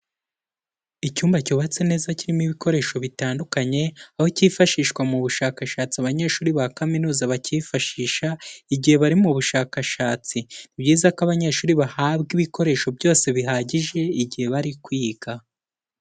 Icyumba cyubatse neza, kirimo ibikoresho bitandukanye, aho cyifashishwa mu bushakashatsi, abanyeshuri ba kaminuza bacyifashisha igihe bari mu bushakashatsi, ni byiza ko abanyeshuri bahabwa ibikoresho byose bihagije igihe bari kwiga.